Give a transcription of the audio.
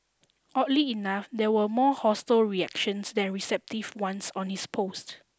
oddly enough there were more hostile reactions than receptive ones on his post